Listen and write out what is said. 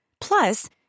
Plus